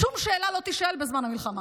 שום שאלה לא תישאל בזמן המלחמה.